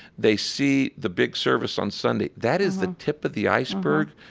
they see the big service on sunday. that is the tip of the iceberg,